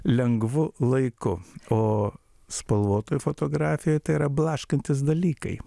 lengvu laiku o spalvotoj fotografijoj tai yra blaškantys dalykai